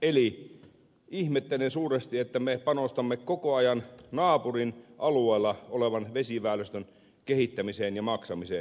eli ihmettelen suuresti että me panostamme koko ajan naapurin alueella olevan vesiväylästön kehittämiseen ja maksamiseen